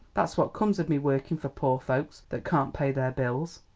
that's what comes of me workin' for poor folks that can't pay their bills!